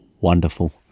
wonderful